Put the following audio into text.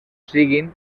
siguin